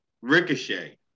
Ricochet